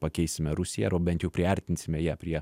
pakeisime rusiją bent jau priartinsime ją prie